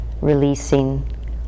releasing